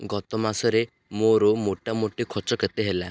ଗତ ମାସରେ ମୋର ମୋଟାମୋଟି ଖର୍ଚ୍ଚ କେତେ ଥିଲା